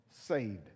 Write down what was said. saved